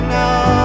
now